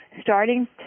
starting